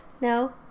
No